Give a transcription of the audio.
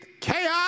chaos